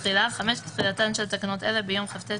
תחילה 5. תחילתן של תקנות אלה ביום כ"ט